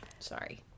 sorry